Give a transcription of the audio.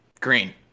green